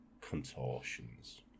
contortions